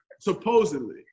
Supposedly